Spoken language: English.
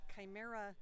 chimera